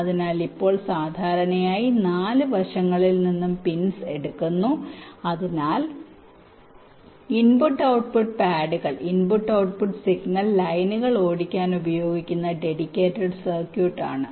അതിനാൽ ഇപ്പോൾ സാധാരണയായി 4 വശങ്ങളിൽ നിന്നും പിൻസ് എടുക്കുന്നു അതിനാൽ ഇൻപുട്ട് ഔട്ട്പുട്ട് പാഡുകൾ ഇൻപുട്ട് ഔട്ട്പുട്ട് സിഗ്നൽ ലൈനുകൾ ഓടിക്കാൻ ഉപയോഗിക്കുന്ന ഡെഡിക്കേറ്റഡ് സർക്യൂട്ട് ആണ്